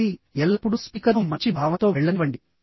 కాబట్టి ఎల్లప్పుడూ స్పీకర్ను మంచి భావంతో వెళ్లనివ్వండి